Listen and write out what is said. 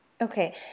Okay